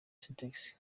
sintex